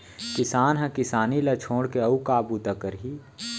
किसान ह किसानी ल छोड़ के अउ का बूता करही